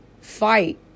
fight